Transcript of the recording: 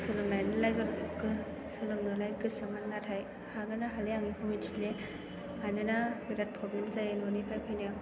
सोलोंनोलाय गोसोमोन नाथाय हागोन ना हालिया आं बेखौ मिथिलिया मानोना बिराद प्रब्लेम जायो न'निफ्राय फैनो